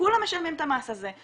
כולם משלמים את המס הזה,